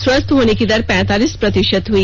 स्वस्थ होने की दर पैंतालिस प्रतिशत हुई